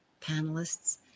panelists